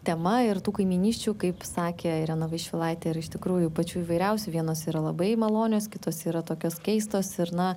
tema ir tų kaimynysčių kaip sakė irena vaišvilaitė yra iš tikrųjų pačių įvairiausių vienos yra labai malonios kitos yra tokios keistos ir na